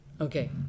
Okay